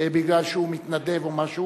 מפני שהוא מתנדב או משהו,